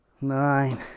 nine